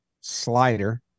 slider